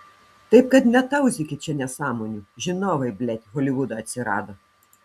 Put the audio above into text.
taip kad gal netauzykit čia nesąmonių žinovai blet holivudo atsirado